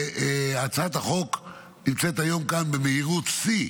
הצעת החוק נמצאת היום כאן, במהירות שיא,